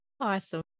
Awesome